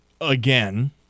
again